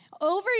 over